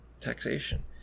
taxation